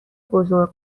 بزرگ